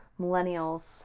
millennials